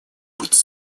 быть